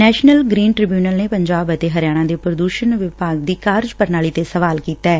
national green tribunal ਨੇ ਪੰਜਾਬ ਅਤੇ ਹਰਿਆਣਾ ਦੇ ਪ੍ਰਦੁਸ਼ਣ ਵਿਭਾਗਾਂ ਦੀ ਕਾਰਜਪ੍ਰਣਾਲੀ ਤੇ ਸਵਾਲ ਕੀਤੈ